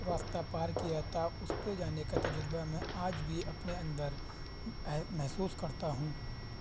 راستہ پار کیا تھا اس پہ جانے کا تجربہ میں آج بھی اپنے اندر محسوس کرتا ہوں